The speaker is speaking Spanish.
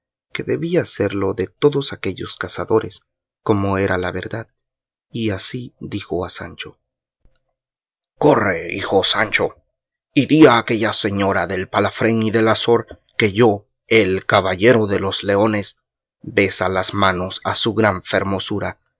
que debía serlo de todos aquellos cazadores como era la verdad y así dijo a sancho corre hijo sancho y di a aquella señora del palafrén y del azor que yo el caballero de los leones besa las manos a su gran fermosura